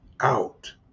out